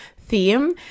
theme